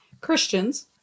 Christians